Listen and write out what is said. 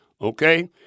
Okay